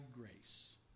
grace